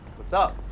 what's up?